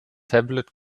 tablet